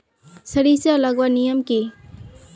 सरिसा लगवार नियम की?